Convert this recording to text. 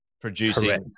producing